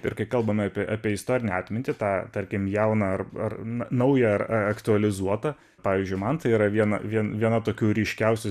ir kai kalbame apie apie istorinę atmintį tą tarkim jauną ar ar na naują ar aktualizuotą pavyzdžiui man tai yra viena vien viena tokių ryškiausių